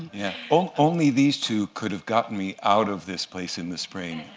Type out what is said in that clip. yeah. only these two could have gotten me out of this place in the spring.